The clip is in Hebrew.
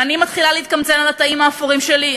אם אני מתחילה להתקמצן על התאים האפורים שלי,